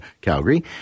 Calgary